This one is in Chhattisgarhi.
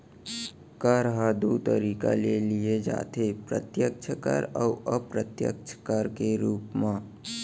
कर ह दू तरीका ले लेय जाथे प्रत्यक्छ कर अउ अप्रत्यक्छ कर के रूप म